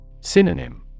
Synonym